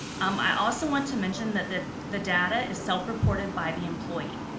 um i also want to mention that the the data is self reported by the employee.